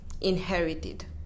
inherited